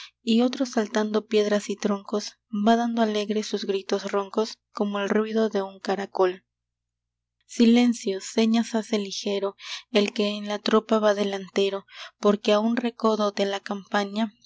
y otro saltando piedras y troncos va dando alegres sus gritos roncos como el ruido de un caracol silencio señas hace ligero el que en la tropa va delantero porque a un recodo de la campaña